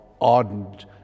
ardent